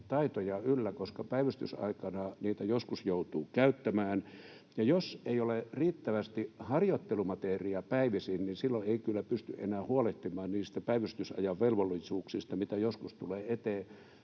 koska päivystysaikana niitä joskus joutuu käyttämään. Jos ei ole riittävästi harjoittelumateriaalia päivisin, niin silloin ei kyllä pysty enää huolehtimaan niistä päivystysajan velvollisuuksista, mitä joskus tulee eteen,